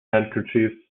handkerchiefs